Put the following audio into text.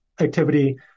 activity